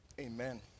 Amen